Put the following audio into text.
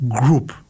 group